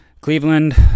Cleveland